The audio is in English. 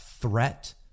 threat